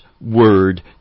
Word